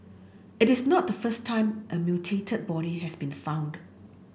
it is not the first time a mutilated body has been found